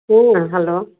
hello